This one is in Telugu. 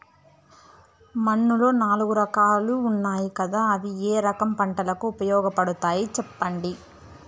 మన్నులో నాలుగు రకాలు ఉన్నాయి కదా అవి ఏ రకం పంటలకు ఉపయోగపడతాయి చెప్పండి?